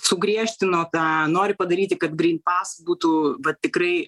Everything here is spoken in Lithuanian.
sugriežtino tą nori padaryti kad grynpas būtų va tikrai